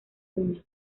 una